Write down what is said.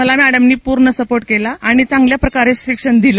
मला मॅडमनी पूर्ण सपोर्ट केला आणि चांगल्या प्रकारे शिक्षण दिलं